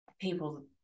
people